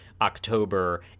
October